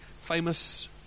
famous